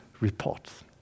reports